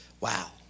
Wow